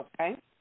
Okay